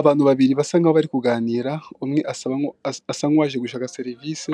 Abantu babiri basa nkaho bari kuganira umwe asa nkuwaje gushaka serivise